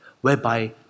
whereby